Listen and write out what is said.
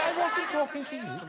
wasn't talking to